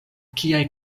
kiaj